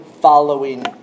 following